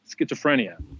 schizophrenia